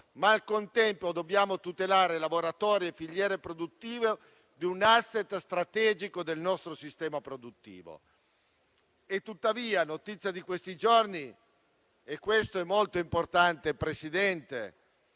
ma al contempo dobbiamo tutelare lavoratori e filiere produttive di un *asset* strategico del nostro sistema produttivo. È tuttavia notizia di questi giorni - e questo è molto importante, Presidente